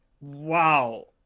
Wow